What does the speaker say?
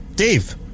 Dave